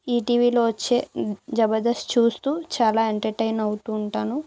ఈటీవీలో వచ్చే జబర్దస్త్ చూస్తు చాలా ఎంటర్టైన్ అవుతు ఉంటాను